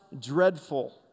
dreadful